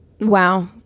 Wow